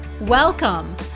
Welcome